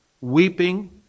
weeping